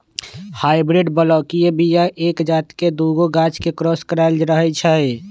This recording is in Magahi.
हाइब्रिड बलौकीय बीया एके जात के दुगो गाछ के क्रॉस कराएल रहै छै